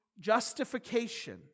justification